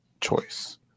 choice